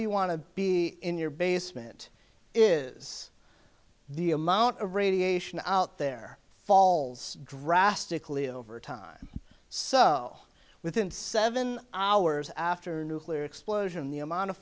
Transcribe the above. you want to be in your basement is the amount of radiation out there falls drastically over time so within seven hours after a nuclear explosion the amount of